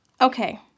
Okay